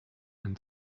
and